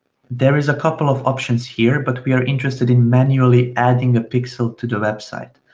there is a couple of options here, but we are interested in manually adding a pixel to the website.